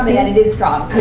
ah and it is strong.